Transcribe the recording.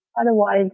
otherwise